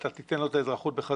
אתה תיתן לו את האזרחות בחזרה?